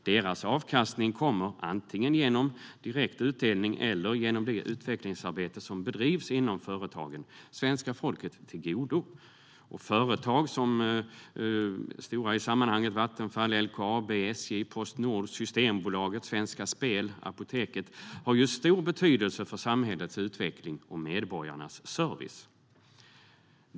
Deras avkastning kommer, antingen genom direkt vinstutdelning eller genom det utvecklingsarbete som bedrivs i företagen, svenska folket till godo. Företag som är stora i sammanhanget, såsom Vattenfall, LKAB, SJ, Postnord, Systembolaget, Svenska Spel och Apoteket, har stor betydelse för samhällets utveckling och medborgarnas service.